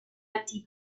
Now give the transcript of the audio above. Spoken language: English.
empty